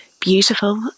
beautiful